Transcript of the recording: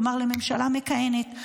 כלומר לממשלה מכהנת.